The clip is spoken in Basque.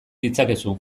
ditzakezu